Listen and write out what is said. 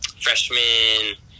freshman